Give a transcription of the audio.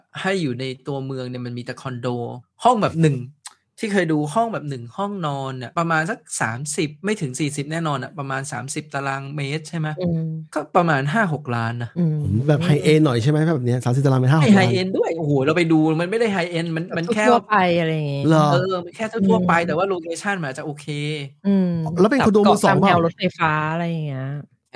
ให้อยู่ในตัวเมืองเนี่ยมันมีแต่คอนโด ห้องแบบหนึ่งที่เคยดู ห้องแบบหนึ่งห้องนอนเนี่ย ประมาณสัก30 ไม่ถึง40แน่นอนอะ ประมาณ30ตารางเมตรใช่มั้ย?อืมก็ประมาณห้าหกล้านน่ะอืมแบบไฮเอนด์หน่อยใช่มั้ย? แบบเนี้ย30ตารางเมตรห้าหกล้านไม่ไฮเอนด์ด้วย โอ้โห เราไปดูมันไม่ได้ไฮเอนด์ มัน- มันแค่-ทั่วๆไปอะไรอย่างงี้เหรอ?เออ มันแค่ทั่วๆไป แต่ว่าโลเคชั่นมันอาจจะโอเคอืมแล้วเป็นคอนโดมือสองเปล่า?แบบเกาะกลางแนวรถไฟฟ้าอะไรอย่างเงี้ย